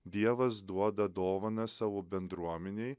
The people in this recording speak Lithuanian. dievas duoda dovaną savo bendruomenei